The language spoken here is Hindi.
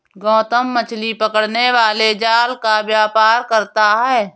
गौतम मछली पकड़ने वाले जाल का व्यापार करता है